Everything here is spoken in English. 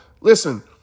listen